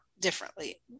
differently